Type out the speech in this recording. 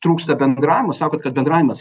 trūksta bendravimo sakot kad bendravimas